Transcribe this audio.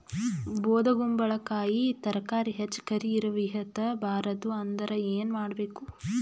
ಬೊದಕುಂಬಲಕಾಯಿ ತರಕಾರಿ ಹೆಚ್ಚ ಕರಿ ಇರವಿಹತ ಬಾರದು ಅಂದರ ಏನ ಮಾಡಬೇಕು?